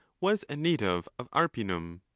was a native of arpinum.